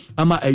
ama